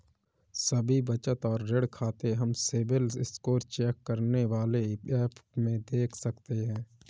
सभी बचत और ऋण खाते हम सिबिल स्कोर चेक करने वाले एप में देख सकते है